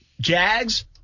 Jags